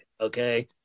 okay